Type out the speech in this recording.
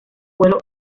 vuelo